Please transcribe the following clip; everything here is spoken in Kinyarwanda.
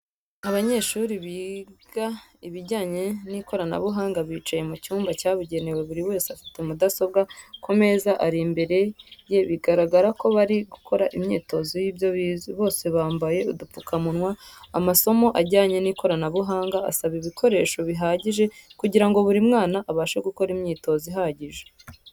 Abanyeshuri biga ibijyanye n'ikoranabuhanga bicaye mu cyumba cyabugenewe buri wese afite mudasobwa ku meza ari imbere ye bigaragara ko barimo gukora imyitozo y'ibyo bize, bose bambaye udupfukamunwa . Amasomo ajyanye n'ikoranabuhanga asaba ibikoreso bihagije kugirango buri mwana abashe gukora imyitozo ihagije.